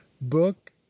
book